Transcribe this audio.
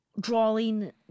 drawing